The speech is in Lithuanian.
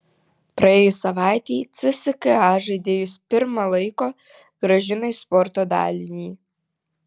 praėjus savaitei cska žaidėjus pirma laiko grąžino į sporto dalinį